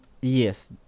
Yes